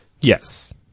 Yes